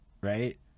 Right